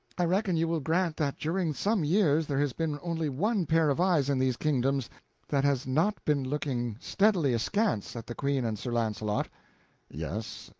i reckon you will grant that during some years there has been only one pair of eyes in these kingdoms that has not been looking steadily askance at the queen and sir launcelot yes,